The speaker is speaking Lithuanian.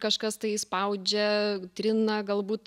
kažkas tai spaudžia trina galbūt